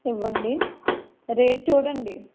ఇవ్వండి రేటు చూడండి